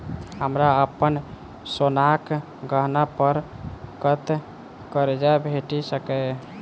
हमरा अप्पन सोनाक गहना पड़ कतऽ करजा भेटि सकैये?